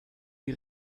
die